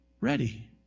ready